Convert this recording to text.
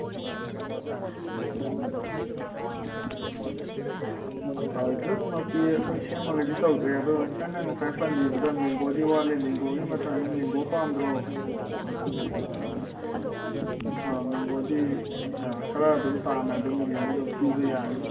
ꯖꯨꯁꯃꯛꯇꯤ ꯑꯩꯈꯣꯏ ꯁꯦꯝꯃꯒꯗꯤ ꯇꯧꯗ꯭ꯔꯦ ꯑꯗꯣ ꯏꯆꯟꯅ ꯉꯁꯥꯏ ꯄꯟꯕꯤꯕꯗ ꯃꯦꯡꯒꯣꯗꯤ ꯋꯥꯠꯂꯦ ꯃꯦꯡꯒꯣꯒꯤ ꯃꯇꯝꯅꯤ ꯃꯦꯡꯒꯣ ꯄꯥꯝꯗ꯭ꯔꯣ ꯑꯥ ꯃꯦꯡꯒꯣꯗꯤ ꯈꯔ ꯑꯗꯨꯝ ꯇꯥꯅ ꯑꯗꯨꯝ ꯌꯦꯡꯉ ꯑꯗꯨꯝ ꯄꯤꯕ ꯌꯥꯅꯤ